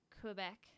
Quebec